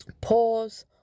pause